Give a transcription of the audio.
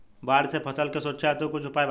बाढ़ से फसल के सुरक्षा हेतु कुछ उपाय बताई?